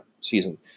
Season